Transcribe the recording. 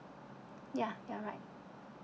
ya you're right